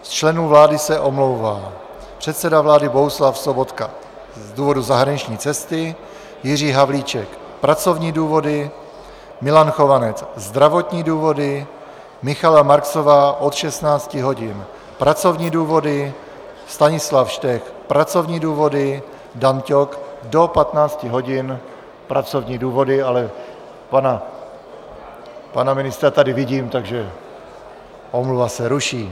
Z členů vlády se omlouvá předseda vlády Bohuslav Sobotka z důvodu zahraniční cesty, Jiří Havlíček z pracovních důvodů, Milan Chovanec zdravotní důvody, Michaela Marksová od 16 hodin pracovní důvody, Stanislav Štech pracovní důvody, Dan Ťok do 15 hodin pracovní důvody, ale pana ministra tady vidím, takže omluva se ruší.